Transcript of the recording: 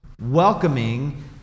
welcoming